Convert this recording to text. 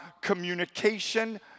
communication